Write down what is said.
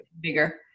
bigger